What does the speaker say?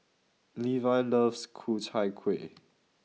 Levi loves Ku Chai Kueh